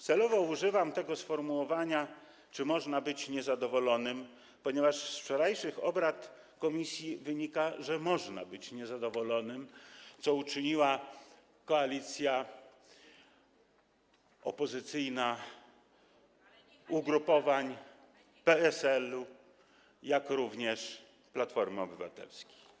Celowo używam tego sformułowania: czy można być niezadowolonym, ponieważ z wczorajszych obrad w komisji wynika, że można być niezadowolonym, co uczyniła koalicja opozycyjna ugrupowań PSL i Platformy Obywatelskiej.